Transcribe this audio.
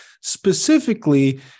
specifically